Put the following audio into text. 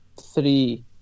three